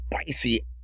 spicy